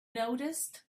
noticed